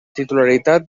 titularitat